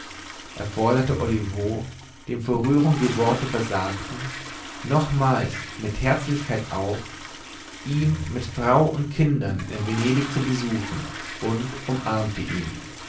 er forderte olivo dem vor rührung die worte versagten nochmals mit herzlichkeit auf ihn mit frau und kindern in venedig zu besuchen und umarmte ihn